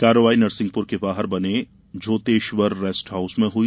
कार्रवाई नरसिंहपुर के बाहर बने झोतेश्वर रेस्ट हाउस में हुई